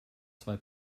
zwei